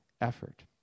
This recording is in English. effort